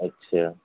اچھا